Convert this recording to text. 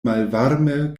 malvarme